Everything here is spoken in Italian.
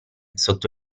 sotto